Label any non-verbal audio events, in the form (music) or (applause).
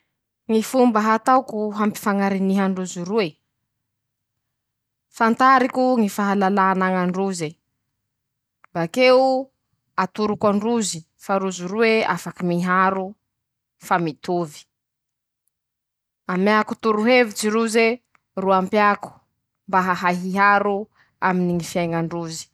Ñy fomba hataoko hampifañariniha androzy roe: -Fantariko ñy fahalalà anañandroze, bakeo (shushes) atoroko androzy fa rozy roe afaky miharo fa mitovy. -Ameako toro-hevitsy (shushes) roze ,ro ampeako mba hahay hiaro aminy (shushes) ñy fiaiñan_drozy.